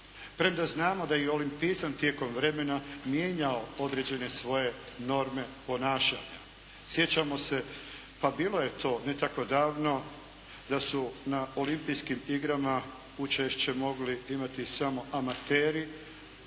premda znamo da je olimpizam tijekom vremena mijenjao određene svoje norme ponašanja. Sjećamo se, pa bilo je to ne tako davno, da su na olimpijskim igrama učešće mogli imati samo amateri.